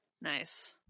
Nice